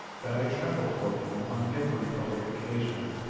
that i tremble for him on every public occasion.